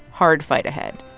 hard fight ahead.